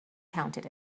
counted